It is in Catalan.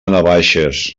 navaixes